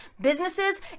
businesses